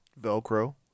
Velcro